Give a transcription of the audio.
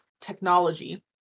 technology